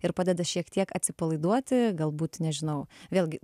ir padeda šiek tiek atsipalaiduoti galbūt nežinau vėlgi